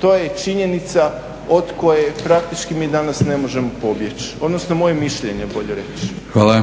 To je činjenica od koje praktički mi danas ne možemo pobjeći, odnosno moje mišljenje je bolje reći. **Batinić, Milorad (HNS)** Hvala.